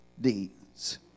deeds